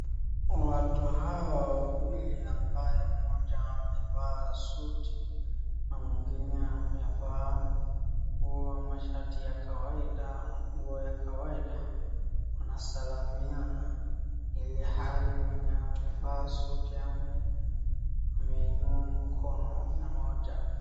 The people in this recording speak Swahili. Watu hawa wawili ambao mmoja amevaa suti na mwingine amevaa nguo ama shati ya kawaida nguo ya kawaida wanasalamiana ilhali mwenye amevaa suti ameinua mkono mmoja